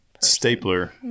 stapler